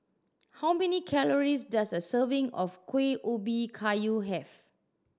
how many calories does a serving of Kueh Ubi Kayu have